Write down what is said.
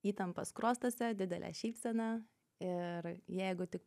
įtampa skruostuose didelė šypseną ir jeigu tik